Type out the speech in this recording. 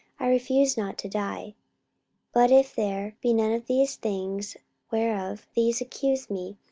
i refuse not to die but if there be none of these things whereof these accuse me,